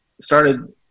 started